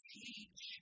teach